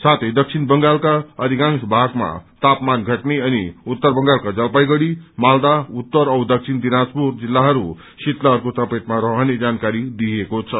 साथै दक्षिण बंगालका अधिकाशं भागमा तापमान घटने अनि उत्तर बंगालका जलपाइगढ़ी मालदा उत्तर औ दक्षिण दिनाजपुर जिल्लाहरू शीतलहरको चपेटमा रहने जानकारी दिइएको छ